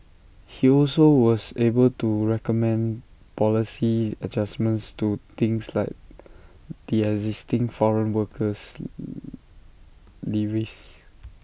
he also was able to recommend policy adjustments to things like the existing foreign worker levies